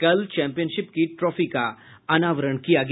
कल चैंपियनशिप की ट्रॉफी का अनावरण किया गया